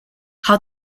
how